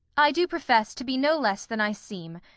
i do profess to be no less than i seem,